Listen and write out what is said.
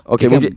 Okay